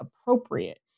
appropriate